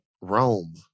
Rome